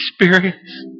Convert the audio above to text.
experience